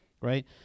right